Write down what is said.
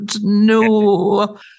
no